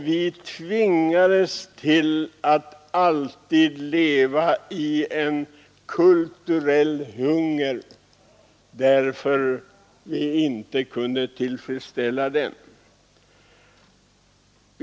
Vi tvingades till att alltid leva i en kulturell öken för att vi inte kunde tillfredsställa vårt kulturbehov.